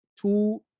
two